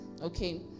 Okay